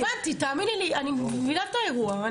תאמיני לי, אני מבינה את האירוע.